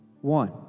one